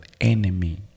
enemy